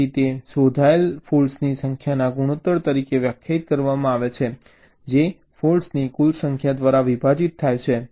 તેથી તે શોધાયેલ ફૉલ્ટ્સની સંખ્યાના ગુણોત્તર તરીકે વ્યાખ્યાયિત કરવામાં આવે છે જે ફૉલ્ટ્સની કુલ સંખ્યા દ્વારા વિભાજિત થાય છે